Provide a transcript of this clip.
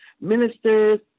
ministers